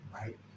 right